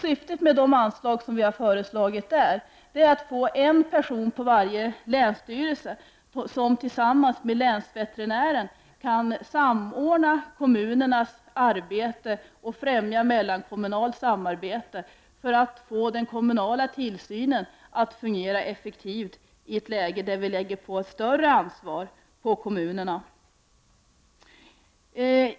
Syftet med de anslag som vi har föreslagit är att få en person på varje länsstyrelse som tillsammans med länsveterinären kan samordna kommunernas arbete och främja mellankommunalt samarbete för att få den kommunala tillsynen att fungera effektivt i ett läge där större ansvar läggs på kommunerna.